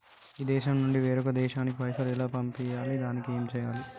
ఈ దేశం నుంచి వేరొక దేశానికి పైసలు ఎలా పంపియ్యాలి? దానికి ఏం చేయాలి?